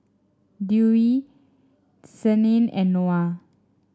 Dewi Senin and Noah